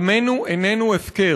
דמנו אינו הפקר.